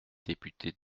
députés